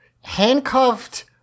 handcuffed